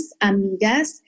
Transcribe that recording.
amigas